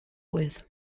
with